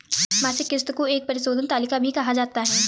मासिक किस्त को एक परिशोधन तालिका भी कहा जाता है